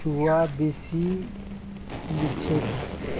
छुआ बेसी लिछेक